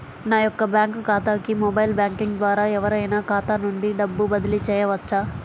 నా యొక్క బ్యాంక్ ఖాతాకి మొబైల్ బ్యాంకింగ్ ద్వారా ఎవరైనా ఖాతా నుండి డబ్బు బదిలీ చేయవచ్చా?